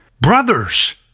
brothers